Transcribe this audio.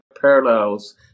parallels